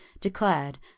declared